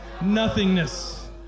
nothingness